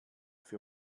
für